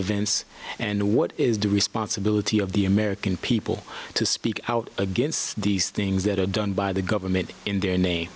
events and what is the responsibility of the american people to speak out against these things that are done by the government in their name the